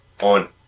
on